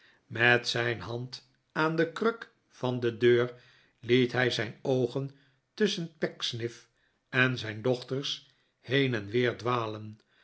met zijn hand aan de kruk van de deur liet hij zijn oogen tusschen pecksniff en zijn dochters heen en weer dwalen